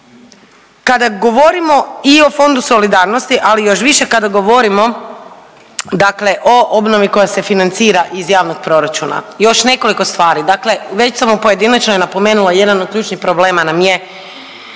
Kada govorimo i o Fondu solidarnosti, ali još više kada govorimo dakle o obnovi koja se financira iz javnog proračuna. Još nekoliko stvari. Dakle, već sam u pojedinačnoj napomenula jedan od ključnih problema nam je